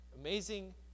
Amazing